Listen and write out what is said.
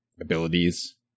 abilities